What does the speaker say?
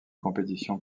compétition